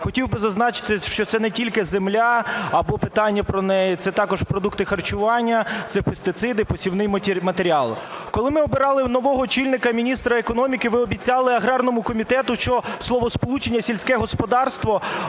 Хотів би зазначити, що це не тільки земля або питання про неї, це також продукти харчування, це пестициди, посівний матеріал. Коли ми обирали нового очільника, міністра економіки, ви обіцяли аграрному комітету, що словосполучення "сільське господарство"